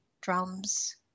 drums